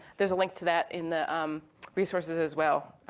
there's a link to that in the um resources as well.